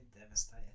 devastated